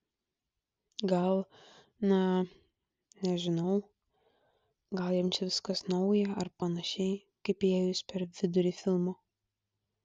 gal na nežinau gal jam čia viskas nauja ar panašiai kaip įėjus per vidurį filmo